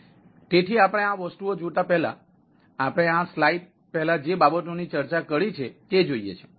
તેથી આપણે આ વસ્તુઓ જોતા પહેલા આપણે આ સ્લાઇડ પહેલાં જે બાબતોની ચર્ચા કરી છે તે જોઈએ છીએ